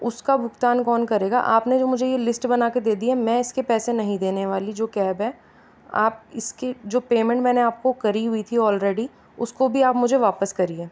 उस का भुगतान कौन करेगा आप ने ये जो मुझे लिस्ट बना के दे दी है मैं इसके पैसे नहीं देने वाली जो कैब है आप इसके जो पेमेंट मैं ने आप को करी हुई थी आलरेडी उसको भी आप मुझे वापस करिये